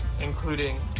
including